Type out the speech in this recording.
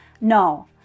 no